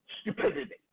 stupidity